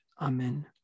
Amen